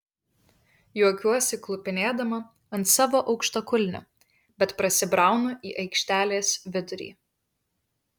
juokiuosi klupinėdama ant savo aukštakulnių bet prasibraunu į aikštelės vidurį